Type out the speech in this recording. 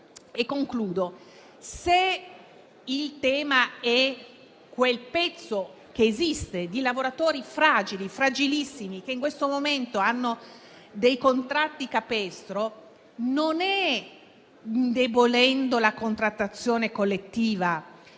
Se il tema è quel pezzo di lavoratori fragili o fragilissimi che in questo momento hanno dei contratti capestro, non è indebolendo la contrattazione collettiva